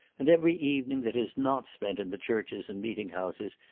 and every evening that is not spent in the churches and meeting-houses,